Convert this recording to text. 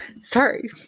Sorry